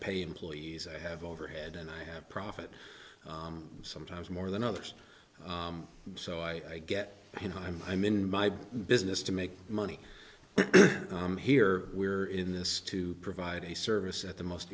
pay employees i have overhead and i have profit sometimes more than others so i get paid i'm i'm in my business to make money i'm here we're in this to provide a service at the most